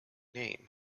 name